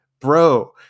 bro